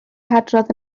hadrodd